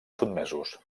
sotmesos